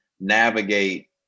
navigate